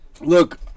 Look